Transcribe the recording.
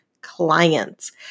clients